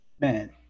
Man